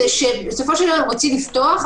שבסופו של דבר רוצים לפתוח,